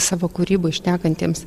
savo kūryboj šnekantiems